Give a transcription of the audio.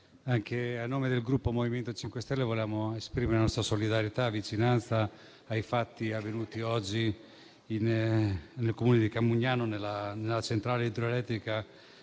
anche noi del Gruppo MoVimento 5 Stelle vogliamo esprimere la nostra solidarietà e vicinanza per i fatti avvenuti oggi nel Comune di Camugnano presso la centrale idroelettrica